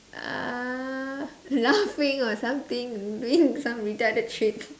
uh laughing or something doing some retarded shit